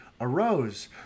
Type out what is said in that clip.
arose